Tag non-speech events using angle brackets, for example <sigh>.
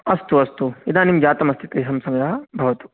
अस्तु अस्तु इदानीं जातमस्ति <unintelligible> भवतु